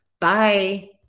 Bye